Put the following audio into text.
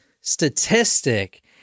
statistic